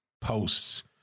posts